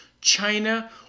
China